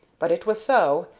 but it was so,